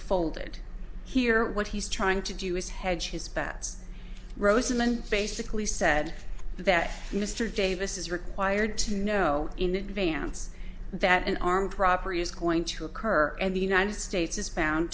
folded here what he's trying to do is hedge his bets rosamond basically said that mr davis is required to know in advance that an armed robbery is going to occur in the united states is bound